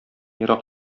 ерак